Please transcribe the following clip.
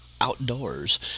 outdoors